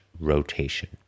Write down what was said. rotation